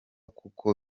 kuko